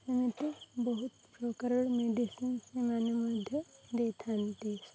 ମୋତେ ବହୁତ ପ୍ରକାରର ମେଡ଼ିସିନ୍ ସେମାନେ ମଧ୍ୟ ଦେଇଥାନ୍ତି